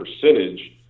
percentage